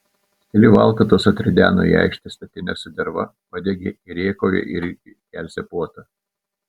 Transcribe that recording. keli valkatos atrideno į aikštę statines su derva padegė ir rėkauja irgi kelsią puotą